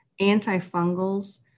antifungals